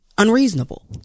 unreasonable